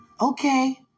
Okay